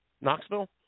Knoxville